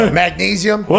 magnesium